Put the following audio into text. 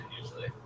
usually